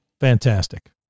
fantastic